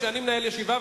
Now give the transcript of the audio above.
כשאני מנהל ישיבה,